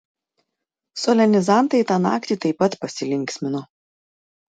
solenizantai tą naktį taip pat pasilinksmino